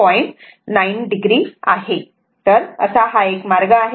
9 o आहे तर हा असा एक मार्ग आहे